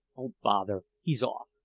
oh bother! he's off!